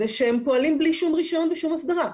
זה שהם פועלים בלי שום רישיון ובלי שום הסדרה.